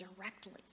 directly